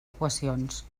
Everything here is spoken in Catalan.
equacions